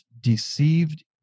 deceived